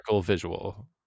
visual